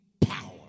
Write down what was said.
power